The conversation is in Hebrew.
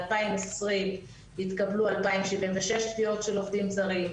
ב-2020 התקבלו 2076 תביעות של עובדים זרים,